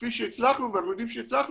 כפי שהצלחנו ואנחנו יודעים שהצלחנו